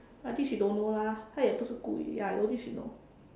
I think she don't know lah 他也不是归 ya I don't think she know